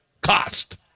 cost